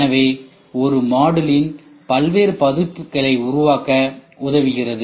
எனவே ஒரே மாடுலின் பல்வேறு பதிப்புகளை உருவாக்க உதவுகிறது